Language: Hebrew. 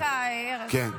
אני מחכה, ארז.